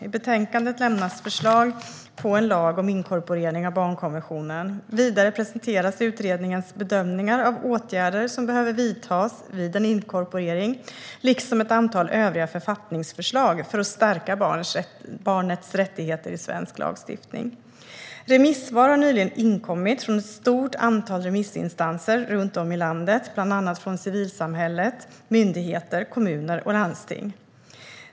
I betänkandet lämnas förslag på en lag om inkorporering av barnkonventionen. Vidare presenteras utredningens bedömning av åtgärder som behöver vidtas vid en inkorporering, liksom ett antal övriga författningsförslag för att stärka barnets rättigheter i svensk lagstiftning. Remissvar har nyligen inkommit från ett stort antal remissinstanser runt om i landet, bland annat från civilsamhället, myndigheter, kommuner och landsting.